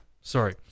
Sorry